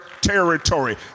territory